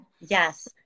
Yes